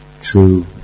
true